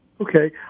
Okay